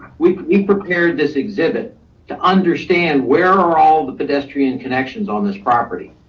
we we prepared this exhibit to understand where are all the pedestrian connections on this property.